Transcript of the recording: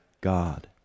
God